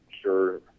sure